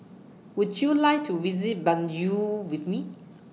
Would YOU like to visit Banjul with Me